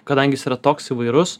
kadangi jis yra toks įvairus